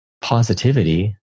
positivity